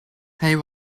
hij